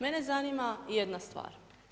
Mene zanima jednu stvar.